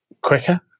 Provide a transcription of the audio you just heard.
quicker